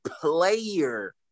player